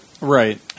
right